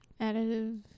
additive